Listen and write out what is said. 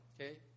okay